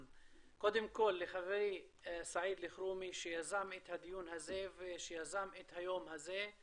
קודם כל לחברי סעיד אלחרומי שיזם את הדיון הזה ושיזם את היום הזה,